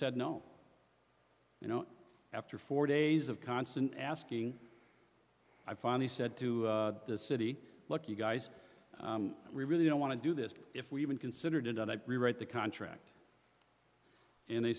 said no you know after four days of constant asking i finally said to the city look you guys really don't want to do this if we even considered it i rewrite the contract and they